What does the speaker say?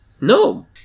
no